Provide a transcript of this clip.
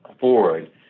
forward